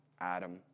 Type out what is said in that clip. Adam